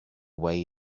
way